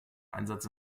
einsatz